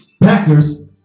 Packers